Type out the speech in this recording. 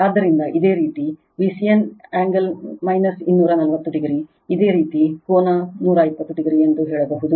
ಆದ್ದರಿಂದ ಇದೇ ರೀತಿ Vcn angle 240 o ಇದೇ ರೀತಿ ಕೋನ 120 o ಎಂದು ಹೇಳಬಹುದು